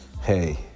Hey